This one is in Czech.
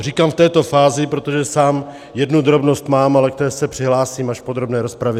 Říkám v této fázi, protože sám jednu drobnost mám, ale k té se přihlásím až v podrobné rozpravě.